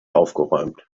aufgeräumt